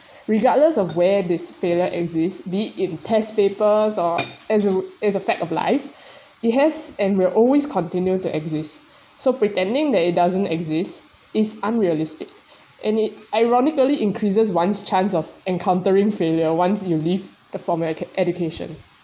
regardless of where this failure exists be it in test papers or as a as a fact of life it has and will always continue to exist so pretending that it doesn't exist is unrealistic and it ironically increases one's chance of encountering failure once you leave the former e~ education